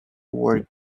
work